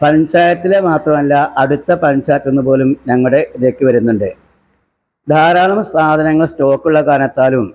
പഞ്ചായത്തിലെ മാത്രമല്ല അടുത്ത പഞ്ചായത്ത് നിന്ന് പോലും ഞങ്ങളുടെ ഇതിലേക്ക് വരുന്നുണ്ട് ധാരാളം സാധനങ്ങള് സ്റ്റോക്കുള്ള കാരണത്താലും